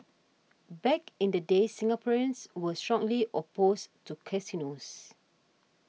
back in the day Singaporeans were strongly opposed to casinos